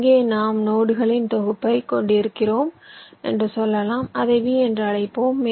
இங்கே நாம் நோடுகளின் தொகுப்பைக் கொண்டிருக்கிறோம் என்று சொல்லலாம் அதை V என்று அழைப்போம்